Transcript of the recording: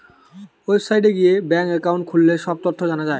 ওয়েবসাইটে গিয়ে bank account খুললে সব তথ্য জানা যায়